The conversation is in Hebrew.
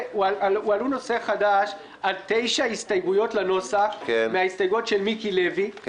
הועלו טענות נושא חדש על 9 הסתייגויות לנוסח מההסתייגויות של מיקי לוי,